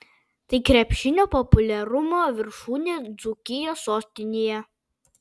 tai krepšinio populiarumo viršūnė dzūkijos sostinėje